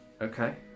Okay